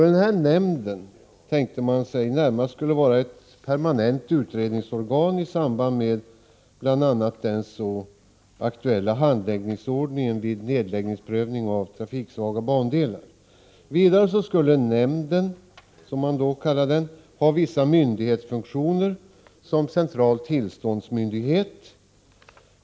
Man tänkte sig att denna nämnd närmast skulle vara ett permanent utredningsorgan i samband med bl.a. den så aktuella handläggningsordningen vid nedläggningsprövning av trafiksvaga bandelar. Vidare skulle nämnden, som man då kallade den, ha vissa myndighetsfunktioner som central tillståndsmyndighet.